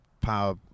power